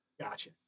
Gotcha